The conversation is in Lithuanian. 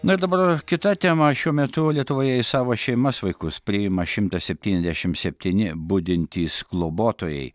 na ir dabar kita tema šiuo metu lietuvoje į savo šeimas vaikus priima šimtas septyniasdešimt septyni budintys globotojai